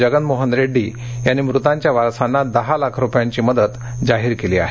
जगन मोहनरेड्डी यांनी मृतांच्या वारसांना दहा लाख रुपयांची मदत जाहीर केली आहे